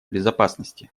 безопасности